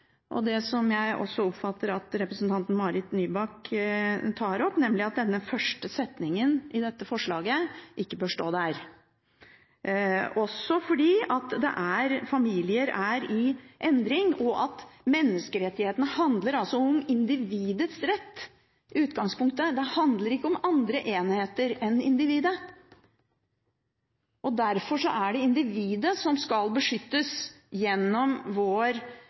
og det som jeg oppfatter at også representanten Marit Nybakk tar opp, nemlig at den første setningen i dette forslaget ikke bør stå der – også fordi familier er i endring, og at menneskerettigheter handler om individets rett i utgangspunktet; det handler ikke om andre enheter enn individet. Derfor er det individet som skal beskyttes gjennom de reglene vi legger inn i vår